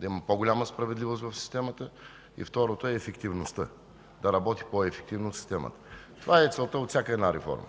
да има по-голяма справедливост в системата и второто е ефективността – системата да работи по-ефективно. Това е целта от всяка една реформа.